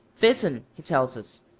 phison, he tells us,